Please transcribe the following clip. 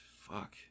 fuck